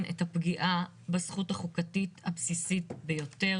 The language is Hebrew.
את הפגיעה בזכות החוקתית הבסיסית ביותר,